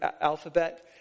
alphabet